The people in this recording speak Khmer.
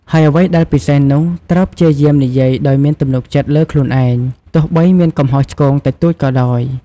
ហើយអ្វីដែលពិសេសនោះ ត្រូវព្យាយាមនិយាយដោយមានទំនុកចិត្តលើខ្លួនឯង ទោះបីមានកំហុសឆ្គងតិចតួចក៏ដោយ។